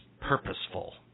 purposeful